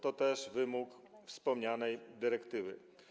To też wymóg wspomnianej dyrektywy.